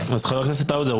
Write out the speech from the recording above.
חבר הכנסת האוזר,